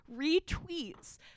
retweets